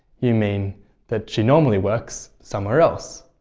you mean that she normally works somewhere else.